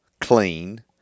clean